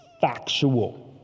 factual